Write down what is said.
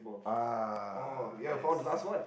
ah yes